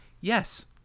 Yes